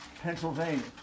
Pennsylvania